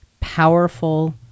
powerful